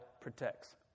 protects